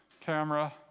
camera